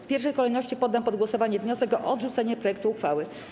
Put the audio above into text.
W pierwszej kolejności poddam pod głosowanie wniosek o odrzucenie projektu uchwały.